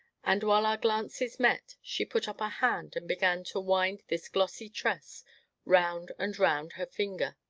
and, while our glances met, she put up a hand and began to wind this glossy tress round and round her finger.